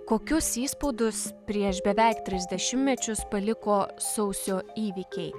kokius įspaudus prieš beveik tris dešimtmečius paliko sausio įvykiai